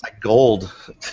gold